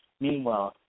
Meanwhile